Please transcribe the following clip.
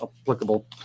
applicable